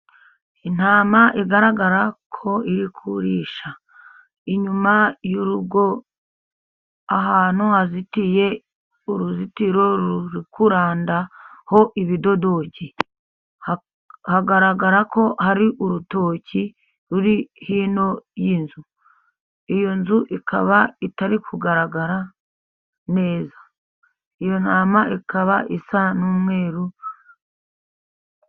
Intama igaragara ko iri kurisha inyuma y'urugo, ahantu hazitiye uruzitiro ruri kurandaho ibidodoki, hagaragara ko hari urutoki ruri hino y'inzu, iyo nzu ikaba itari kugaragara neza. Iyo ntama ikaba isa n'umweru.